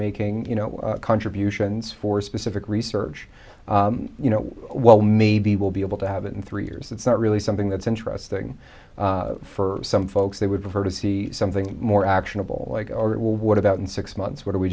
making you know contributions for specific research you know well maybe we'll be able to have it in three years it's not really something that's interesting for some folks they would prefer to see something more actionable like well what about in six months what are we